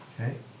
Okay